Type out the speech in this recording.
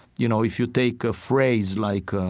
you know, if you take a phrase like,